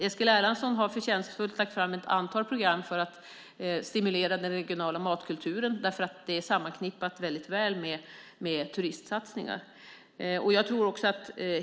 Eskil Erlandsson har förtjänstfullt lagt fram ett antal program för att stimulera den regionala matkulturen eftersom den är mycket nära förknippad med turistsatsningar.